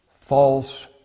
false